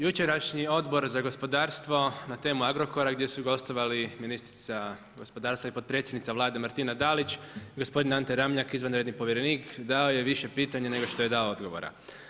Jučerašnji Odbor za gospodarstvo na temu Agrokora gdje su gostovali ministrica gospodarstva i potpredsjednica Vlade Martina Dalić, gospodin Ante Ramljak, izvanredni povjerenik, dao je više pitanja nego što je dao odgovora.